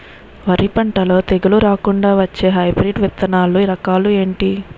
వరి పంటలో తెగుళ్లు రాకుండ వచ్చే హైబ్రిడ్ విత్తనాలు రకాలు ఏంటి?